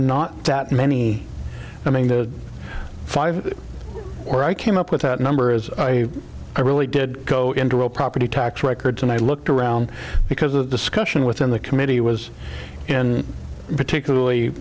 not that many i mean the five or i came up with that number is i i really did go into real property tax records and i looked around because the discussion within the committee was in particularly